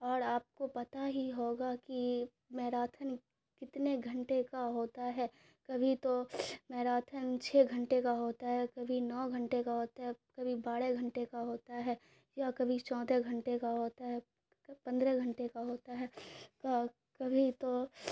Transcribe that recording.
اور آپ کو پتا ہی ہوگا کہ میراتھن کتنے گھنٹے کا ہوتا ہے کبھی تو میراتھن چھ گھنٹے کا ہوتا ہے کبھی نو گھنٹے کا ہوتا ہے کبھی بارہ گھنٹے کا ہوتا ہے یا کبھی چودہ گھنٹے کا ہوتا ہے پندرہ گھنٹے کا ہوتا ہے کبھی تو